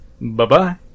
Bye-bye